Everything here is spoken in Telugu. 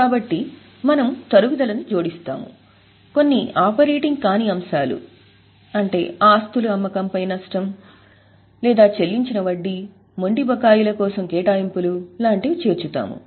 కాబట్టి మనము తరుగుదలని జోడిస్తాము కొన్ని ఆపరేటింగ్ కాని అంశాలు ఆస్తుల అమ్మకంపై నష్టం లేదా చెల్లించిన వడ్డీ మొండి బకాయిల కోసం కేటాయింపులు లాంటివి చేర్చుతాము